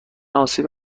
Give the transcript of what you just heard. آسیب